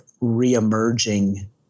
re-emerging